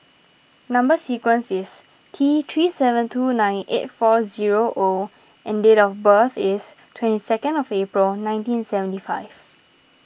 Number Sequence is T three seven two nine eight four zero O and date of birth is twenty second of April nineteen seventy five